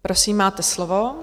Prosím, máte slovo.